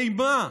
אימה,